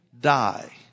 die